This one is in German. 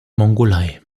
mongolei